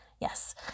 yes